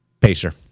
Pacer